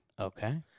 Okay